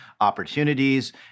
opportunities